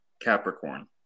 Capricorn